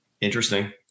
interesting